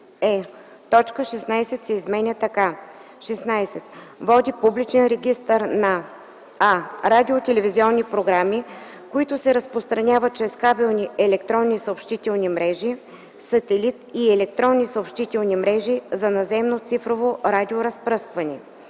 точка 16 се изменя така: „16. води публичен регистър на: а) радио- и телевизионни програми, които се разпространяват чрез кабелни електронни съобщителни мрежи, сателит и електронни съобщителни мрежи за наземно цифрово радиоразпръскване;